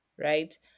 right